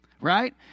Right